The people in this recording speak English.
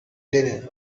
linen